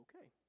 Okay